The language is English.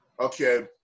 okay